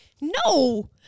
No